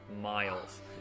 miles